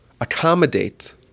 accommodate